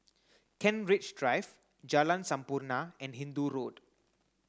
Kent Ridge Drive Jalan Sampurna and Hindoo Road